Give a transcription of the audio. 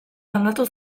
landatu